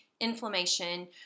inflammation